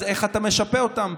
אז איך אתה משפה אותן?